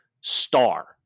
star